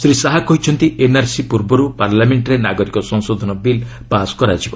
ଶ୍ରୀ ଶାହା କହିଛନ୍ତି ଏନ୍ଆର୍ସି ପୂର୍ବରୁ ପାର୍ଲାମେଷ୍ଟ୍ରେ ନାଗରିକ ସଂଶୋଧନ ବିଲ୍ ପାସ୍ ହେବ